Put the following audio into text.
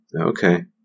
Okay